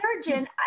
surgeon